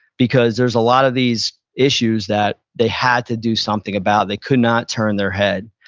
because there's a lot of these issues that they had to do something about. they could not turn their head.